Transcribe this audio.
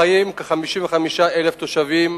שבה חיים כ-55,000 תושבים,